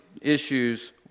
issues